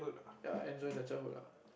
ya enjoy the childhood lah